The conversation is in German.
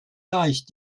leicht